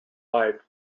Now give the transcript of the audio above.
life